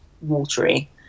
watery